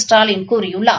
ஸ்டாலின் கூறியுள்ளார்